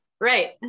Right